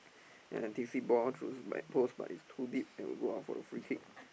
and ball throws back post but is too deep and will go out for a free kick